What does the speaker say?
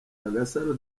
agasaro